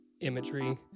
imagery